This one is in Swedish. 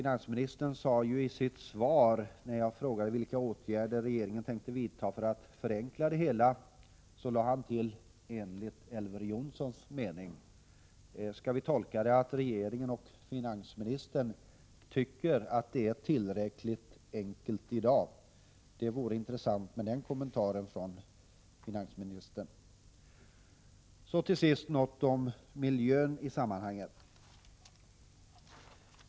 När det gällde vilka åtgärder regeringen tänker vidta för att förenkla det hela, lade finansministern i sitt svar till ”enligt Elver Jonssons mening”. Skall vi tolka detta så, att regeringen och finansministern tycker att systemet är tillräckligt enkelt i dag? Det vore intressant med en kommentar på den punkten från finansministern. Så till sist något om miljön i sammanhanget.